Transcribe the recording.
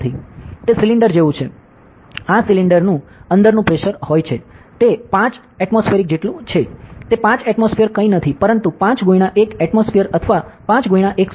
તે સિલિન્ડર જેવું છે આ સિલિન્ડર નું અંદરનું પ્રેશર હોય છે તે 5 atm જેટલું છે 5 એટમોસ્ફિઅર કંઈ નથી પરંતુ 5 x 1 એટમોસ્ફિઅર અથવા 5x101